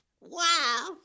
wow